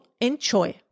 Enjoy